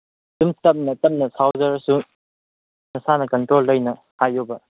ꯑꯗꯨꯝ ꯇꯞꯅ ꯇꯞꯅ ꯁꯥꯎꯖꯔꯁꯨ ꯅꯁꯥꯅ ꯀꯟꯇ꯭ꯔꯣꯜ ꯂꯩꯅ ꯍꯥꯏꯌꯣꯕ